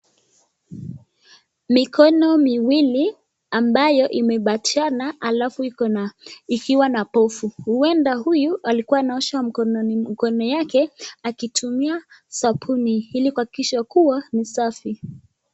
Mikono miwili ambayo imebatiana ikiwa na povu huenda huyu alikua akiosha mikono yake akitumia sabuni ilikuhakikisha kuwa ni safi.